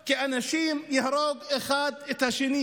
כי אנשים יהרגו אחד את השני,